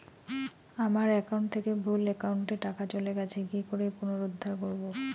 আমার একাউন্ট থেকে ভুল একাউন্টে টাকা চলে গেছে কি করে পুনরুদ্ধার করবো?